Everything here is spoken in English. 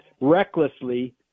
recklessly